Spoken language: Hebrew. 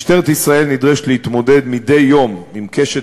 משטרת ישראל נדרשת להתמודד מדי יום עם קשת